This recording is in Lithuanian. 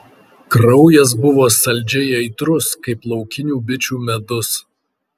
kraujas buvo saldžiai aitrus kaip laukinių bičių medus